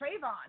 Trayvon